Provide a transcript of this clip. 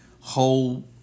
whole